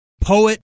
poet